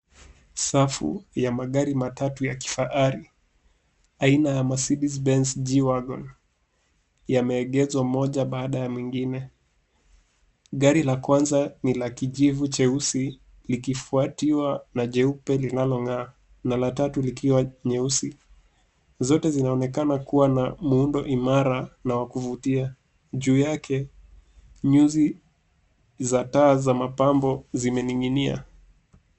Safu ya magari matatu ya kifahari aina ya Mercedes Benz G wagon yameegezwa moja baada ya mengine. Gari la kwanza ni la kijivu jeusi likifuatiwa na jeupe linalong'aa, na la tatu likiwa nyeusi. Zote zinaonekana kuwa na muundo imara na wa kuvutia, juu yake nyuzi za taa za mapambo zimening'inia.